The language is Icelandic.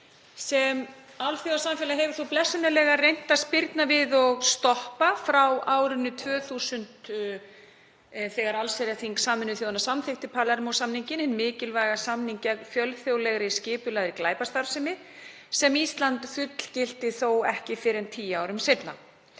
sem alþjóðasamfélagið hefur þó blessunarlega reynt að sporna við og stoppa frá árinu 2000 þegar allsherjarþing Sameinuðu þjóðanna samþykkti Palermó-samninginn, þann mikilvæga samning gegn fjölþjóðlegri, skipulagðri glæpastarfsemi, sem Ísland fullgilti þó ekki fyrr en tíu árum síðar.